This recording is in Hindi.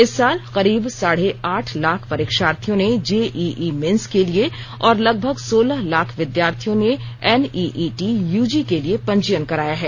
इस साल करीब साढ़े आठ लाख परीक्षार्थियों ने जेईई मेन्स के लिए और लगभग सोलह लाख विद्यार्थियों ने एनईईटी यूजी के लिए पंजीयन कराया है